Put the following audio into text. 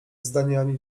zdaniami